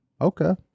okay